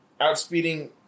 outspeeding